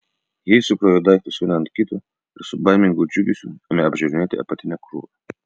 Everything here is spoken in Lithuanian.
ji sukrovė daiktus vieną ant kito ir su baimingu džiugesiu ėmė apžiūrinėti apatinę krūvą